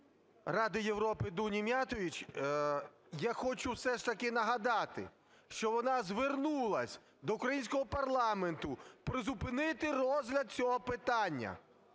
Ради Європи Дуні Міятович, я хочу, все ж таки, нагадати, що вона звернулася до українського парламенту призупинити розгляд цього питання